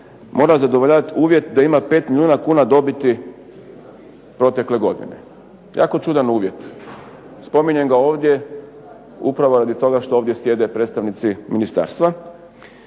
mora zadovoljavati uvjet da ima 5 milijuna kuna dobiti protekle godine. Jako čudan uvjet. Spominjem ga ovdje upravo radi toga što ovdje sjede predstavnici ministarstva.